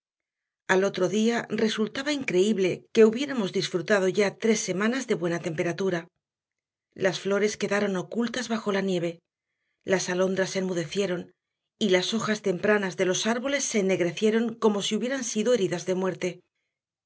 al otro día resultaba increíble que hubiéramos disfrutado ya tres semanas de buena temperatura las flores quedaron ocultas bajo la nieve las alondras enmudecieron y las hojas tempranas de los árboles se ennegrecieron como si hubieran sido heridas de muerte